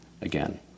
again